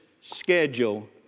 schedule